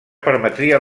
permetria